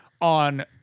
on